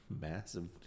massive